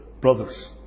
brothers